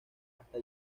hasta